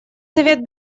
совет